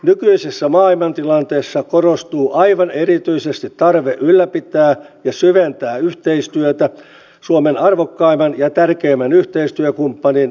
nykyisessä maailmantilanteessa korostuu aivan erityisesti tarve ylläpitää ja syventää yhteistyötä suomen arvokkaimman ja tärkeimmän yhteistyökumppanin ruotsin kanssa